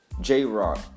J-Rock